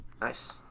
Nice